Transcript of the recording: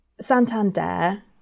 Santander